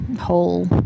whole